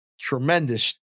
tremendous